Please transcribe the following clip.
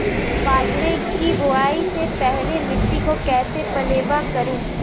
बाजरे की बुआई से पहले मिट्टी को कैसे पलेवा करूं?